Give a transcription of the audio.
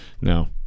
No